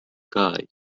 guy